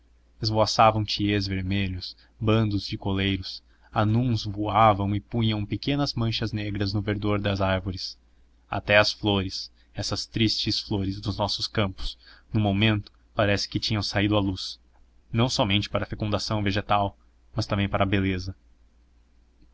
pássaros esvoaçavam tiés vermelhos bandos de coleiros anuns voavam e punham pequenas manchas negras no verdor das árvores até as flores essas tristes flores dos nossos campos no momento parece que tinham saído à luz não somente para a fecundação vegetal mas também para a beleza